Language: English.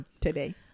Today